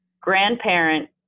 grandparent